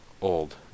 old